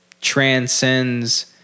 transcends